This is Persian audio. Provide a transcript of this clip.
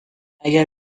اگر